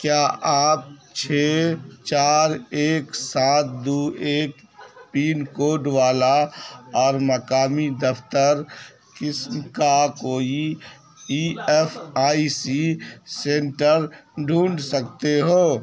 کیا آپ چھ چار ایک سات دو ایک پن کوڈ والا اور مقامی دفتر قسم کا کوئی E S I C centre ڈھونڈ سکتے ہو